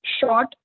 short